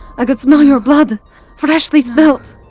i could smell your blood freshly spilt!